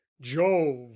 jove